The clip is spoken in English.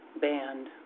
band